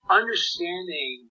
understanding